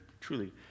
truly